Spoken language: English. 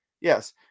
yes